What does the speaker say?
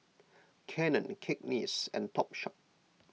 Canon Cakenis and Topshop